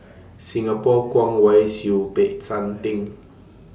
Singapore Kwong Wai Siew Peck San Theng